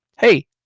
hey